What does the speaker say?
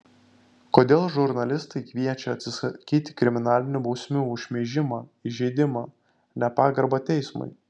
kodėl žurnalistai kviečia atsisakyti kriminalinių bausmių už šmeižimą įžeidimą nepagarbą teismui